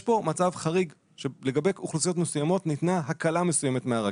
יש כאן מצב חריג כאשר לגבי אוכלוסיות מסוימות ניתנה הקלה מסוימת מהרגיל.